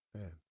Man